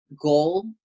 goal